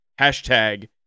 Hashtag